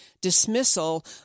dismissal